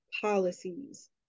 policies